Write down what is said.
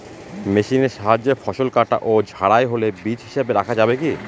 মেশিনের সাহায্যে ফসল কাটা ও ঝাড়াই হলে বীজ হিসাবে রাখা যাবে কি?